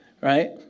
right